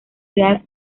real